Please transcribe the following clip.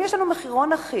אם יש לנו מחירון אחיד,